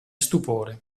stupore